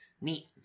Neat